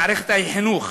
במערכת החינוך